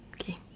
okay